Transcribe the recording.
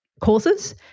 courses